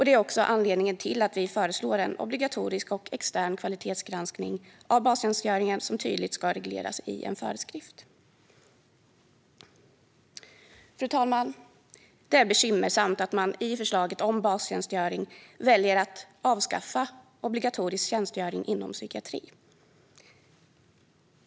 Det är också anledningen till att vi föreslår en obligatorisk och extern kvalitetsgranskning av bastjänstgöringen som tydligt ska regleras i en föreskrift. Fru talman! Det är bekymmersamt att man i förslaget om bastjänstgöring väljer att avskaffa obligatorisk tjänstgöring inom psykiatrin.